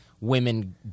women